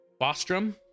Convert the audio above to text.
Bostrom